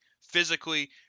Physically